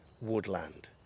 woodland